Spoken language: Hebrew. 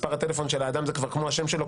מספר הטלפון של האדם זה כבר כמו השם שלו,